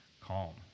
calm